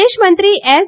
વિદેશમંત્રી એસ